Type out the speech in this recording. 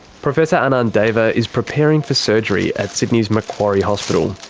professor anand deva is preparing for surgery at sydney's macquarie hospital.